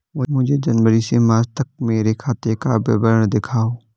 मुझे जनवरी से मार्च तक मेरे खाते का विवरण दिखाओ?